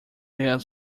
dare